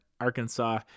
Arkansas